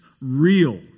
real